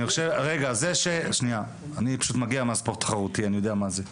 אני פשוט מגיע מהספורט התחרותי, אני יודע מה זה.